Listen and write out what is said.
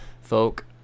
folk